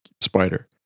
spider